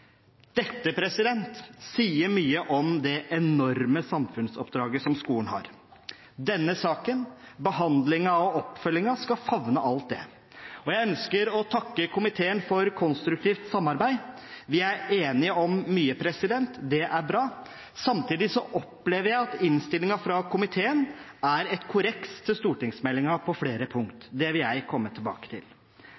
Dette sier mye om det enorme samfunnsoppdraget som skolen har. Denne saken, behandlingen og oppfølgingen, skal favne alt det. Jeg ønsker å takke komiteen for konstruktivt samarbeid. Vi er enige om mye – det er bra. Samtidig opplever jeg at innstillingen fra komiteen er et korreks til stortingsmeldingen på flere punkt.